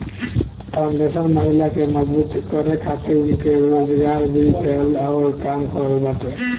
foundation महिला के मजबूत करे खातिर उनके रोजगार भी देहला कअ काम करत बाटे